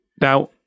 Now